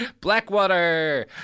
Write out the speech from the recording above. Blackwater